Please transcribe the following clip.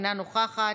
אינה נוכחת,